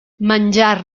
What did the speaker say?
menjar